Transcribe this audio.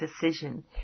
decision